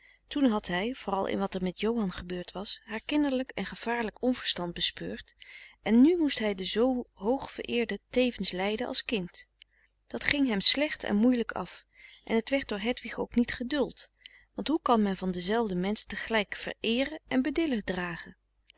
toen had hij vooral in wat er met johan gebeurd was haar kinderlijk en gevaarlijk onverstand bespeurd en nu moest hij de zoo hoog vereerde tevens leiden als kind dat ging hem slecht en moeielijk af en het werd door hedwig ook niet geduld want hoe kan men van denzelfden mensch tegelijk vereeren en bedillen dragen